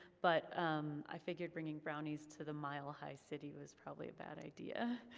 but i figured bringing brownies to the mile high city was probably a bad idea.